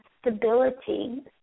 stability